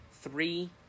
three